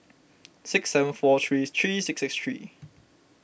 six seven four three three six six three